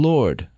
Lord